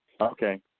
Okay